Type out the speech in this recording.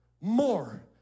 more